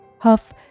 Huff